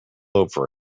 over